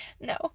No